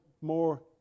more